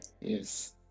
yes